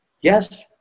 Yes